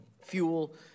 fuel